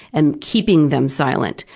and keeping them silent.